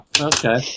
okay